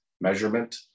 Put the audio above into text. measurement